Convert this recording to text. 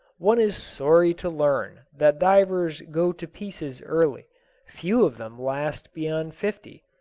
one is sorry to learn that divers go to pieces early few of them last beyond fifty.